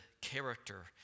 character